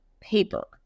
paper